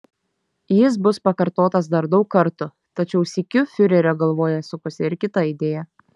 jis bus pakartotas dar daug kartų tačiau sykiu fiurerio galvoje sukosi ir kita idėja